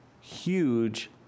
huge